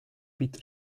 pete